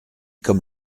comme